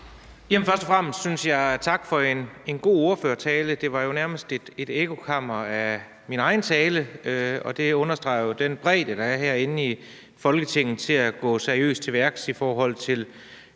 tak for en god ordførertale. Det var nærmest et ekko af min egen tale, og det understreger jo den bredde, der er herinde i Folketinget, til at gå seriøst til værks i forhold til